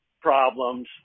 problems